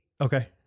Okay